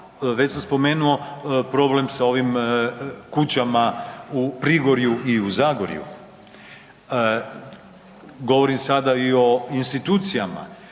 Već sam spomenuo problem sa ovim kućama u Prigorju i u Zagorju. Govorim sada i o institucijama